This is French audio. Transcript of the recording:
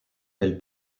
elle